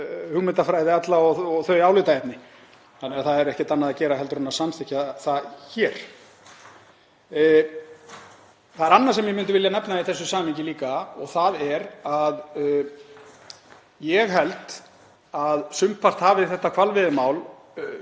hugmyndafræði alla og þau álitaefni. Það er því ekkert annað að gera en að samþykkja það hér. Það er annað sem ég myndi vilja nefna í þessu samhengi líka og það er að ég held að sumpart hafi þetta hvalveiðimál